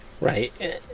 Right